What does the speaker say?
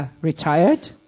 retired